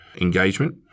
engagement